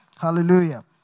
Hallelujah